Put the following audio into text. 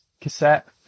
cassette